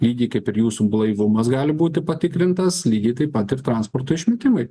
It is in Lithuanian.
lygiai kaip ir jūsų blaivumas gali būti patikrintas lygiai taip pat ir transporto išmetimai